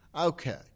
Okay